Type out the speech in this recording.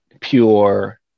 pure